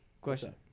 question